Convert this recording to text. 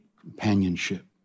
companionship